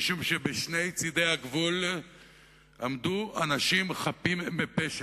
משום שבשני צדי הגבול עמדו אנשים חפים מפשע: